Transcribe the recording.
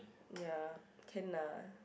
ya can lah